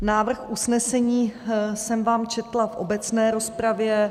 Návrh usnesení jsem vám četla v obecné rozpravě.